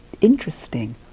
interesting